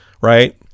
right